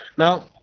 Now